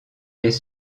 des